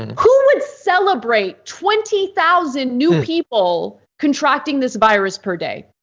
who would celebrate twenty thousand new people contracting this virus per day?